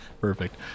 Perfect